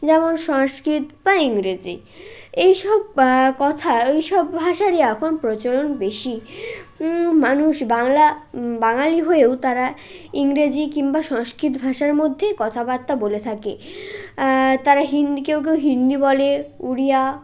যেমন সংস্কৃত বা ইংরেজি এই সব বা কথা এই সব ভাষারই এখন প্রচলন বেশি মানুষ বাংলা বাঙালি হয়েও তারা ইংরেজি কিংবা সংস্কৃত ভাষার মধ্যেই কথাবার্তা বলে থাকে তারা হিন্দি কেউ কেউ হিন্দি বলে ওড়িয়া